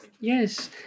Yes